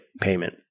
payment